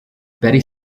betty